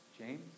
James